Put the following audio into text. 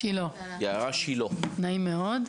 שלום,